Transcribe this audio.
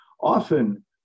Often